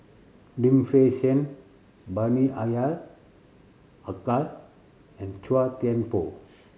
Lim Fei Shen Bani Haykal and Chua Thian Poh